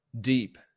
deep